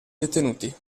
detenuti